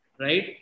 right